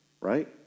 right